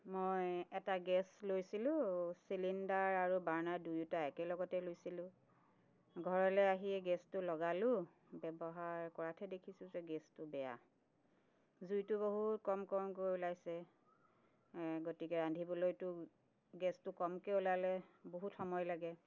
মই এটা গেছ লৈছিলোঁ চিলিণ্ডাৰ আৰু বাৰ্ণাৰ দুয়োটা একেলগতে লৈছিলোঁ ঘৰলৈ আহিয়ে গেছটো লগালো ব্যৱহাৰ কৰাতহে দেখিছোঁ যে গেছটো বেয়া জুইটো বহুত কম কমকৈ ওলাইছে গতিকে ৰান্ধিবলৈতো গেছটো কমকৈৈ ওলালে বহুত সময় লাগে